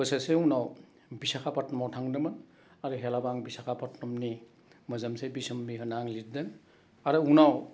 बोसोरसे उनाव भिशाखा पात्तनामाव थांदोंमोन आरो हेलाबो आं भिशाखा पात्तनामनि मोजोमसे बिसम्बि होन्ना आं लिरदों आरो उनाव